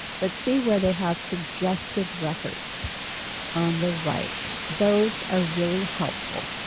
but see where they have suggested records on the right those are really helpful.